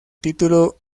título